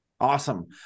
Awesome